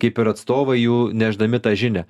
kaip ir atstovai jų nešdami tą žinią